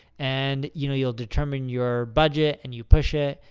and, you know, you'll determine your budget, and you push it.